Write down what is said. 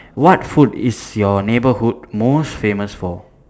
what food is your neighbourhood most famous for